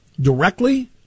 Directly